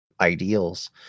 ideals